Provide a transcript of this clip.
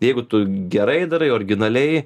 jeigu tu gerai darai originaliai